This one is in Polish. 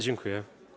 Dziękuję.